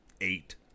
eight